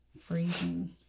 freezing